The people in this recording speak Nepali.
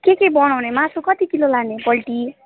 के के बनाउने मासु कति किलो लाने पोल्ट्री